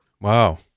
Wow